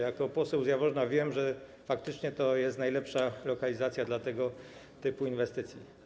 Jako poseł z Jaworzna wiem, że faktycznie to jest najlepsza lokalizacja dla tego typu inwestycji.